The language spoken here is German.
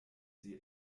sie